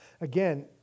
Again